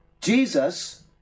Jesus